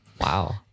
Wow